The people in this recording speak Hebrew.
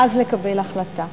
ואז לקבל החלטה.